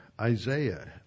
Isaiah